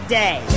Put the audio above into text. day